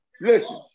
listen